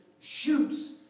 shoots